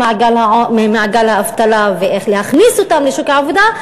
ממעגל האבטלה ואיך להכניס אותם לשוק העבודה,